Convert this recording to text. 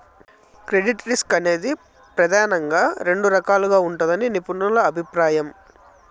credit risk అనేది ప్రెదానంగా రెండు రకాలుగా ఉంటదని నిపుణుల అభిప్రాయం